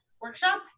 workshop